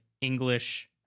English